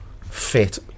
fit